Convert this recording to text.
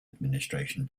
administration